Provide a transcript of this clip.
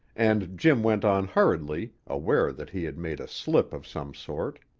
and jim went on hurriedly, aware that he had made a slip of some sort.